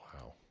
Wow